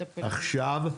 עכשיו.